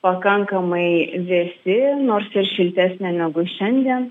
pakankamai vėsi nors šiltesnė negu šiandien